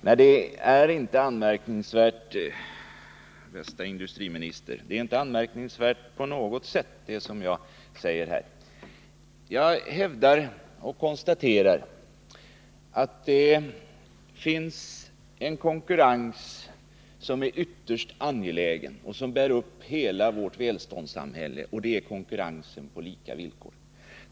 Herr talman! Vad jag har sagt är inte på något sätt anmärkningsvärt, bästa industriministern. Jag konstaterar att det finns en ytterst angelägen konkurrens som bär upp hela vårt välståndssamhälle, nämligen konkurrensen på lika villkor.